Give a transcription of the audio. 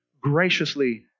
graciously